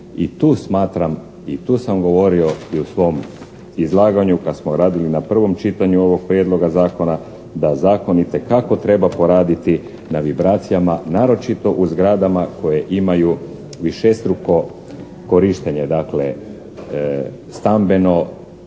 i tu smatram i tu sam govorio i u svom izlaganju kad smo radili na prvom čitanju ovog prijedloga zakona da zakon itekako treba poraditi na vibracijama naročito u zgradama koje imaju višestruko korištenje. Dakle,